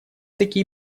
такие